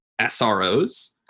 SROs